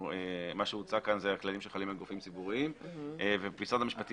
מה שהוצג כאן אלה הכללים שחלים על גופים ציבוריים ומשרד המשפטים